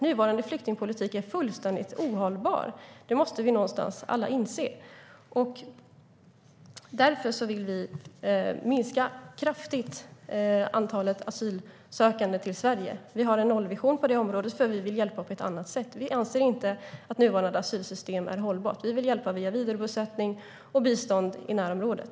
Nuvarande flyktingpolitik är fullständigt ohållbar; det måste vi alla inse. Därför vill vi kraftigt minska antalet asylsökande till Sverige. Vi har en nollvision på det området, för vi vill hjälpa på ett annat sätt. Vi anser inte att det nuvarande asylsystemet är hållbart. Vi vill hjälpa via vidarebosättning och bistånd i närområdet.